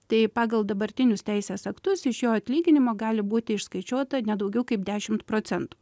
tai pagal dabartinius teisės aktus iš jo atlyginimo gali būti išskaičiuota ne daugiau kaip dešimt procentų